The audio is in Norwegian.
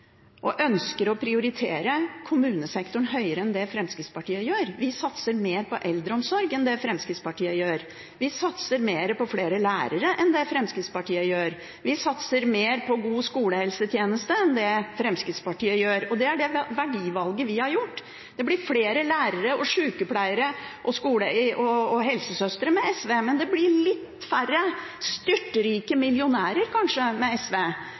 og ønsker å prioritere kommunesektoren høyere enn det Fremskrittspartiet gjør. Vi satser mer på eldreomsorg enn det Fremskrittspartiet gjør. Vi satser mer på flere lærere enn det Fremskrittspartiet gjør. Vi satser mer på god skolehelsetjeneste enn det Fremskrittspartiet gjør. Det er dette verdivalget vi har gjort. Det blir flere lærere og sykepleiere og helsesøstre med SV, men det blir litt færre styrtrike millionærer, kanskje, med SV.